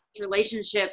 relationships